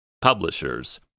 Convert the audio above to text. Publishers